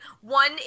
one